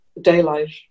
daylight